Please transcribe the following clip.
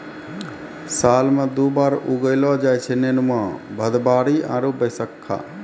साल मॅ दु बार उगैलो जाय छै नेनुआ, भदबारी आरो बैसक्खा